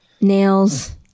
nails